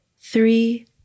three